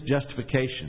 justification